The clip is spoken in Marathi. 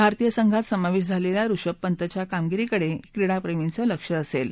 भारतीय संघात समावेश झालेल्या ऋषभ पंतच्या कामगिरीकडे क्रीडाप्रेमींचं लक्ष असेल